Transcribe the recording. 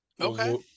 okay